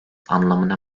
anlamına